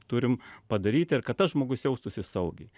turim padaryti ir kad tas žmogus jaustųsi saugiai